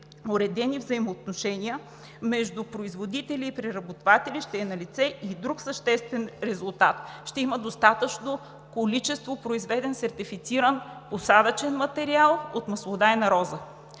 уредени взаимоотношения между производители и преработватели, ще е налице и друг съществен резултат – ще има достатъчно количество произведен сертифициран посадъчен материал от маслодайна роза.